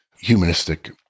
humanistic